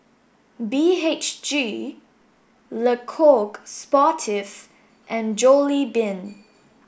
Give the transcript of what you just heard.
B H G LeCoq Sportif and Jollibean